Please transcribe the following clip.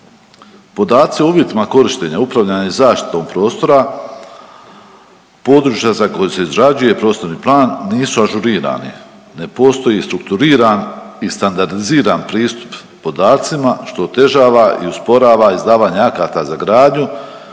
Podaci o uvjetima korištenja, upravljanja i zaštite prostora područja za koja se izrađuje prostorni plan nisu ažurirani, ne postoji strukturiran i standardiziran pristup podacima što otežava i usporava izdavanje akata za gradnju,